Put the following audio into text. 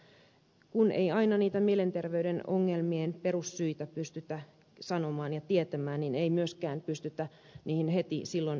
mutta kun ei aina niitä mielenterveyden ongelmien perussyitä pystytä sanomaan ja tietämään niin ei myöskään pystytä niihin heti silloin vaikuttamaan